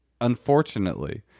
unfortunately